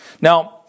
Now